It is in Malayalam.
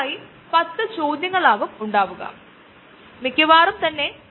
ശരീരത്തിലെ വ്യത്യസ്ത അവയവങ്ങളെക്കുറിച്ച് നമുക്ക് സംസാരിക്കാം ഒരുപക്ഷേ കരൾ ഒരുപക്ഷേ വൃക്ക